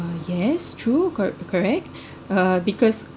yes true cor~ correct uh because